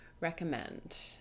recommend